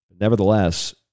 Nevertheless